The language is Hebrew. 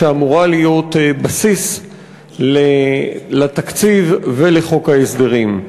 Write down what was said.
שאמורה להיות בסיס לתקציב ולחוק ההסדרים.